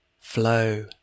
Flow